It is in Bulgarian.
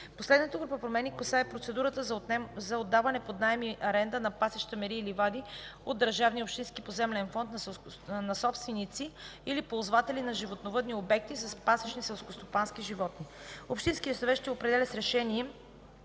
Последната група промени касае процедурата за отдаване под наем и аренда на пасища, мери и ливади от държавния и общинския поземлен фонд на собственици или ползватели на животновъдни обекти с пасищни селскостопански животни. Общинският съвет ще определя с решение